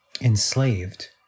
Enslaved